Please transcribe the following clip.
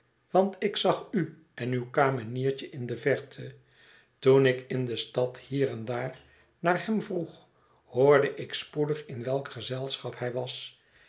want ik zag u en uw kameniertje in de verte toen ik in de stad hier en daar naar hem vroeg hoorde ik spoedig in welk gezelschap hij was